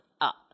up